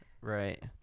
Right